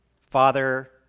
Father